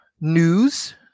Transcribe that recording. news